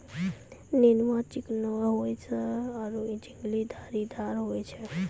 नेनुआ चिकनो होय छै आरो झिंगली धारीदार होय छै